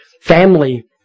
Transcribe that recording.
family